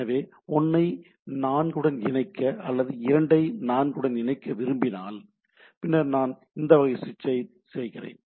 எனவே 1 ஐ 4 உடன் இணைக்க அல்லது 2 ஐ 4 உடன் இணைக்க விரும்பினால் பின்னர் நான் இந்த வகை சுவிட்சிங் ஐ செய்கிறேன்